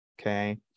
okay